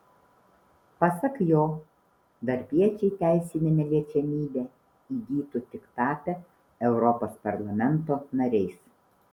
pasak jo darbiečiai teisinę neliečiamybę įgytų tik tapę europos parlamento nariais